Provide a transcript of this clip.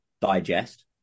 digest